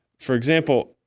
for example,